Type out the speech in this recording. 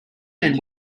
men